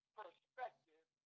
perspective